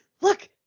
look